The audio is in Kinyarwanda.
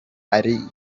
ari